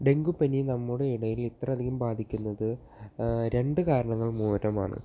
dengue പനി നമ്മുടെ ഇടയിൽ ഇത്ര അധികം ബാധിക്കുന്നത് രണ്ട് കാരണങ്ങൾ മൂലമാണ്